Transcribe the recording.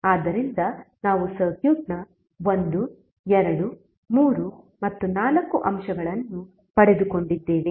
ಆದ್ದರಿಂದ ನಾವು ಸರ್ಕ್ಯೂಟ್ನ 1 2 3 ಮತ್ತು 4 ಅಂಶಗಳನ್ನು ಪಡೆದುಕೊಂಡಿದ್ದೇವೆ